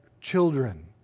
children